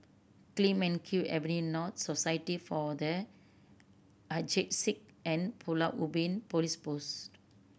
Clemenceau Avenue North Society for The Aged Sick and Pulau Ubin Police Post